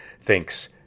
thinks